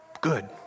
good